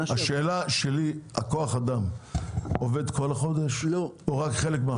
שעברה -- השאלה שלי כוח אדם עובד כל החודש או רק חלק מהחודש?